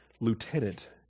lieutenant